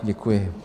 Děkuji.